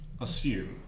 assume